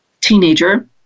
teenager